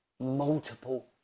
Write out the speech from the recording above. multiple